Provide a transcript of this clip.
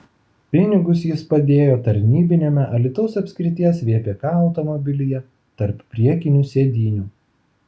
pinigus jis padėjo tarnybiniame alytaus apskrities vpk automobilyje tarp priekinių sėdynių